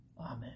Amen